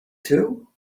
too